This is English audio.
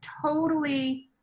totally-